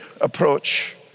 approach